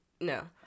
No